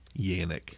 Yannick